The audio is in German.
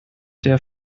der